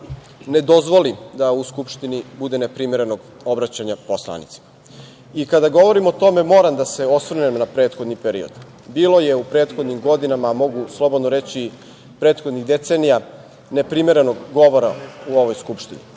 ne dozvoli da u Skupštini bude neprimerenog obraćanja poslanicima i kada govorim o tome moram da se osvrnem na prethodni period. Bilo je u prethodnim godinama, mogu slobodno reći, prethodnim decenijama neprimerenog govora u ovoj Skupštini,